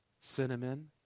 cinnamon